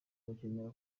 bakeneye